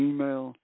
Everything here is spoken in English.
Email